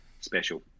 special